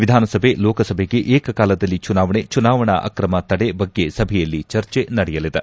ವಿಧಾನಸಭೆ ಲೋಕಸಭೆಗೆ ಏಕಕಾಲದಲ್ಲಿ ಚುನಾವಣೆ ಚುನಾವಣಾ ಅಕ್ರಮ ತಡೆ ಬಗ್ಗೆ ಸಭೆಯಲ್ಲಿ ಚರ್ಚೆ ನಡೆಯಲಿದೆ